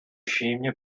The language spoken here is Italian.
scimmie